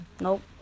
Nope